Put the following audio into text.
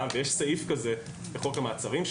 ויש סעיף כזה בחוק המעצרים,